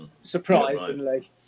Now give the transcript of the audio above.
surprisingly